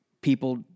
people